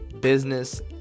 business